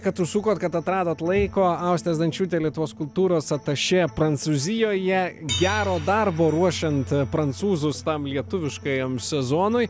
kad užsukot kad atradot laiko austė zdančiūtė lietuvos kultūros atašė prancūzijoje gero darbo ruošiant prancūzus tam lietuviškajam sezonui